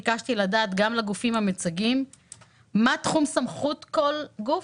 ביקשתי לדעת גם לגופים המציגים מה תחום סמכות כל גוף,